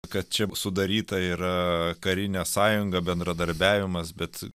kad čia sudaryta yra karinė sąjunga bendradarbiavimas bet